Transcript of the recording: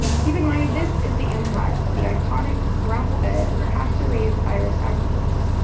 keep in mind this is the impact of the iconic, grass-fed, pasture-raised irish agriculture.